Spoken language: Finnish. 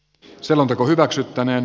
selonteko hyväksyttäneen